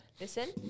Listen